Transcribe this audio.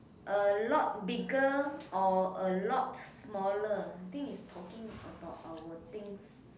a lot bigger or a lot smaller